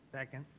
second.